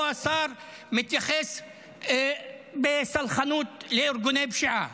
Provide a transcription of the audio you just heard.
או השר מתייחס בסלחנות לארגוני פשיעה,